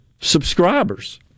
subscribers